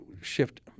shift